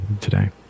today